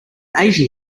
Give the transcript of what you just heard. asian